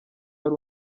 wari